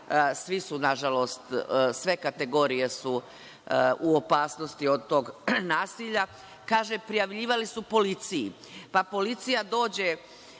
svi su nažalost, sve kategorije su u opasnosti od tog nasilja, kaže prijavljivali su policiji. Pa policija dođe